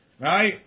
Right